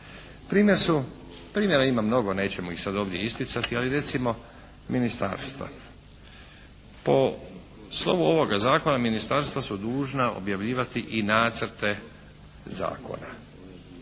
primjera ima mnogo, nećemo ih sad ovdje isticati, ali recimo ministarstva. Po slovu ovoga zakona ministarstva su dužna objavljivati i nacrte zakona.